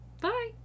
Bye